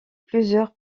plusieurs